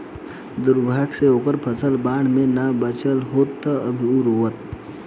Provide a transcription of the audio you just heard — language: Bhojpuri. दुर्भाग्य से ओकर फसल बाढ़ में ना बाचल ह त उ अभी रोओता